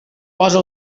posa